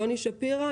יוני שפירא,